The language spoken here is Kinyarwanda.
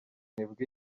leta